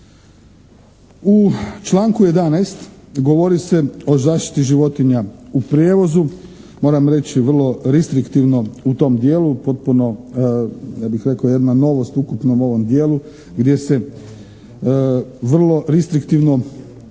U članku 11. govori se o zaštiti životinja prijevozu, moram reći vrlo ristriktivno u tom dijelu potpuno ja bih rekao jedna novost u ukupnom ovom dijelu gdje se vrlo ristriktivno